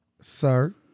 Sir